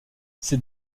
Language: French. ces